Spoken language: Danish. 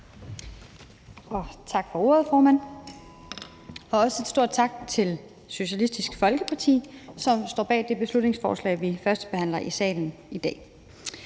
Tak for ordet, formand, og også en stor tak til Socialistisk Folkeparti, som står bag det beslutningsforslag, vi førstebehandler i salen i dag.